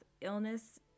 illness